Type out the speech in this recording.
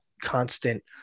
constant